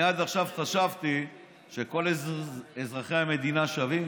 אני עד עכשיו חשבתי שכל אזרחי המדינה שווים.